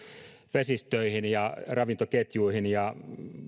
vesistöihin ja ravintoketjuihin ja